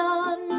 on